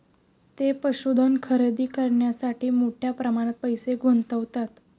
ते पशुधन खरेदी करण्यासाठी मोठ्या प्रमाणात पैसे गुंतवतात